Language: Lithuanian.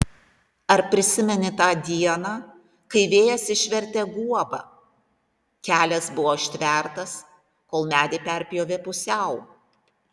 ar prisimeni tą dieną kai vėjas išvertė guobą kelias buvo užtvertas kol medį perpjovė pusiau